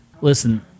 Listen